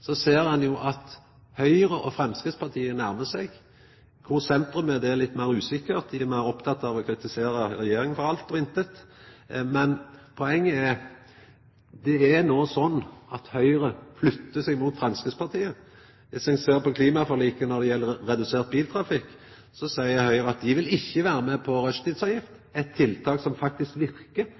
ser ein jo at Høgre og Framstegspartiet nærmar seg kvarandre. Kvar sentrumspartia er, er litt meir usikkert – dei er meir opptekne av å kritisera regjeringa for alt og ingenting. Poenget er: Høgre flyttar seg mot Framstegspartiet. Dersom ein ser på klimaforliket når det gjeld redusert biltrafikk, seier Høgre at dei ikkje vil vera med på ei rushtidsavgift. Eit tiltak som verkar, eit tiltak som NHO ønskjer seg, eit tiltak som faktisk